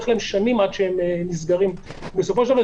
תיקים שהיה בהם חלף קנס ונסגרו בסופו של דבר,